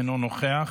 אינו נוכח,